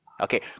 Okay